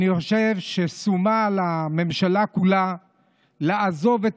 אני חושב ששומה על הממשלה כולה לעזוב את